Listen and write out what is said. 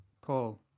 Paul